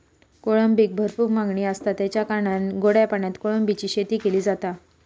कोळंबीक भरपूर मागणी आसता, तेच्या कारणान गोड्या पाण्यात कोळंबीची शेती केली जाता